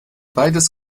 beides